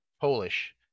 Polish